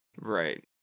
Right